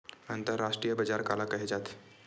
अंतरराष्ट्रीय बजार काला कहे जाथे?